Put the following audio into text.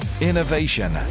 innovation